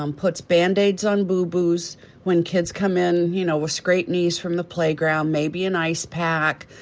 um puts band-aids on boo-boos when kids come in you know with scraped knees from the playground. maybe an ice pack.